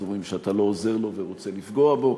אז אומרים שאתה לא עוזר לו ורוצה לפגוע בו.